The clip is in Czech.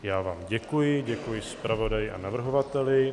Já vám děkuji, děkuji zpravodaji a navrhovateli.